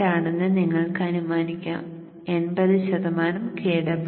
8 ആണെന്ന് നിങ്ങൾക്ക് അനുമാനിക്കാം 80 ശതമാനം Kw